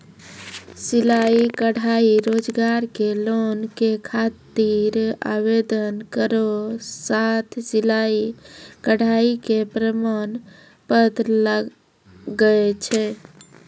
सिलाई कढ़ाई रोजगार के लोन के खातिर आवेदन केरो साथ सिलाई कढ़ाई के प्रमाण पत्र लागै छै?